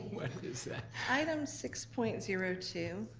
what item six point zero two.